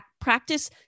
practice